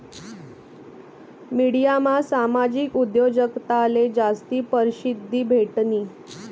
मिडियामा सामाजिक उद्योजकताले जास्ती परशिद्धी भेटनी